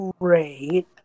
great